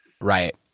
right